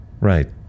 Right